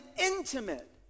intimate